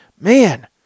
man